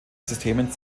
systemen